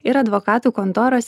ir advokatų kontoros